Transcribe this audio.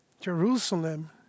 Jerusalem